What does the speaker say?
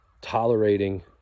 tolerating